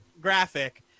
graphic